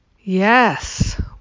Yes